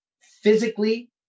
Physically